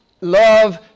love